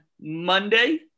Monday